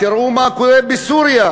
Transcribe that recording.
תראו מה קורה בסוריה.